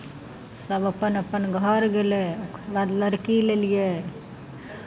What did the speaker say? सभ अपन अपन घर गेलै ओकर बाद लड़की लेलियै